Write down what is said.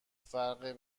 فرق